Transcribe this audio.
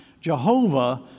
Jehovah